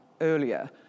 earlier